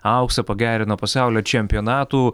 auksą pagerino pasaulio čempionatų